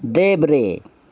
देब्रे